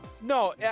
No